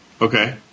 Okay